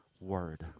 word